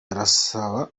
arasaba